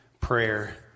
prayer